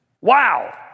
Wow